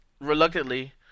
reluctantly